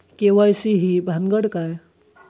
KYC ही भानगड काय?